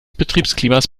betriebsklimas